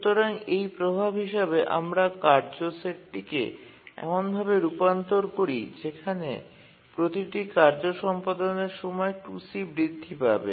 সুতরাং এই প্রভাব হিসাবে আমরা কার্য সেটটিকে এমনভাবে রূপান্তর করি যেখানে প্রতিটি কার্য সম্পাদনের সময় 2c বৃদ্ধি পাবে